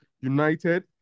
United